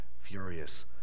furious